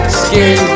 skin